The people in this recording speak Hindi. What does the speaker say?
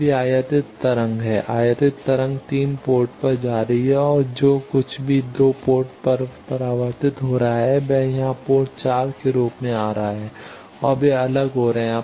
अब यह आयातित तरंग है आयातित तरंग 3 पोर्ट पर जा रही है और जो कुछ भी 2 पोर्ट पर परावर्तित होता है वह यहां पोर्ट 4 के रूप में आ रहा है और वे अलग हो रहे हैं